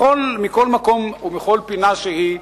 מכל מקום ומכל פינה שהיא,